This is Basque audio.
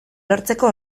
lortzeko